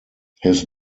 his